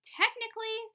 technically